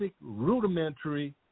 rudimentary